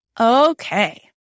Okay